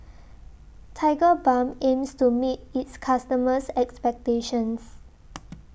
Tigerbalm aims to meet its customers' expectations